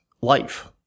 life